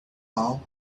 all